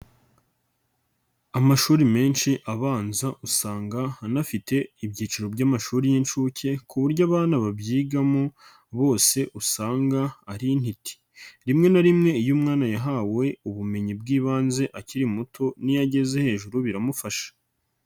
Amashuri menshi abanza usanga anafite ibyiciro by'amashuri y'inshuke ku buryo abana babyigamo bose usanga ari intiti, rimwe na rimwe iyo umwana yahawe ubumenyi bw'ibanze akiri muto n'iyo ageze hejuru biramufasha.